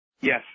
Yes